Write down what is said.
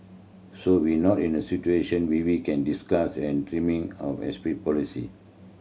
so we're not in a situation where we can discuss and of policy